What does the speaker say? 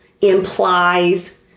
implies